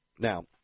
Now